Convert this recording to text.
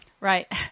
Right